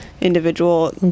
individual